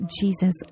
Jesus